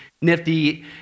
nifty